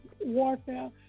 warfare